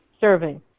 serving